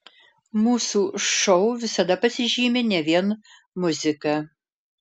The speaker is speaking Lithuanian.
mūsų šou visada pasižymi ne vien muzika